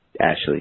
Ashley